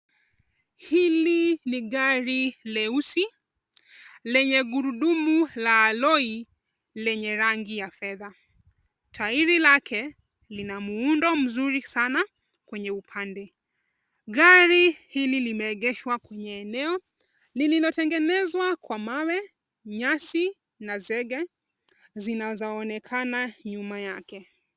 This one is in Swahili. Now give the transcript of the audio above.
Hili ni gari leusi lenye gurudumu la aloi lenye rangi ya fedha. Tairi lake lina muundo mzuri sana kwenye upande. Gari hili limeegeshwa kwa eneo lililotengenezwa kwa mawe, nyasi na zege zinazoonekana nyuma yake.